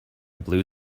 blue